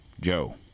Joe